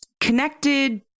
connected